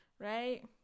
right